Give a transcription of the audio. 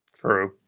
True